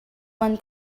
man